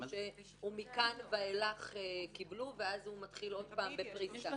או שמכאן ואילך קיבלו ואז הוא מתחיל עוד פעם בפריסה?